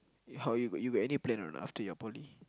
how you you got any plan or not after your poly